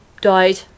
died